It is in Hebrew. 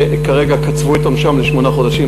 שכרגע קצבו את עונשם לשמונה חודשים,